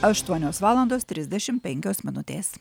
aštuonios valandos trisdešimt penkios minutės